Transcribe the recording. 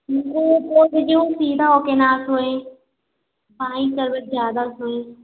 उनको बोल दीजिए वह सीधा हो कर ना सोएँ बाईं करवट ज़्यादा सोएँ